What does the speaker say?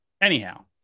anyhow